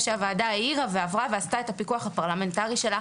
נושא רפורמת יציב.